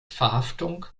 verhaftung